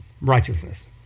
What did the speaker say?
righteousness